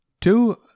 Two